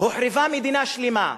הוחרבה מדינה שלמה.